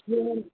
chair